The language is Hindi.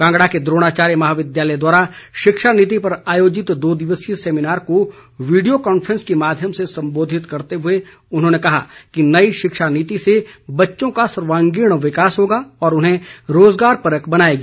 कांगड़ा के द्रोणाचार्य महाविद्यालय द्वारा शिक्षा नीति पर आयोजित दो दिवसीय सैमिनार को वीडियो कॉन्फ्रेंस के माध्यम से संबोधित करते हुए उन्होंने कहा कि नई शिक्षा नीति से बच्चों का सर्वांगीण विकास होगा और उन्हें रोजगारपरक बनाएगी